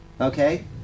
okay